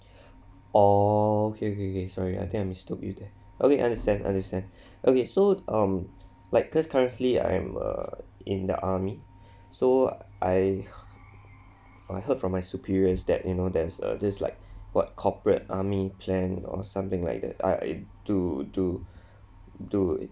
oh okay okay okay sorry I think I misunderstood you there okay I understand understand okay so um like cause currently I'm a in the army so I heard I heard from my superiors that you know that's a there's like what corporate army plan or something like that I do do do it